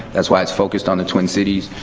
that's why it's focused on the twin cities.